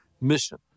mission